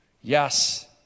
Yes